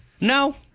No